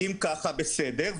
אם כך בסדר.